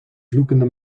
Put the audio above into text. vloekende